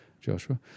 Joshua